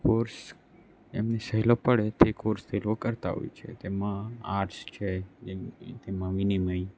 course એમને સહેલો પડે તે કોર્સ તે લોકો કરતાં હોય છે તેમાં આર્ટ્સ છે જેમ તેમાં વિનિમય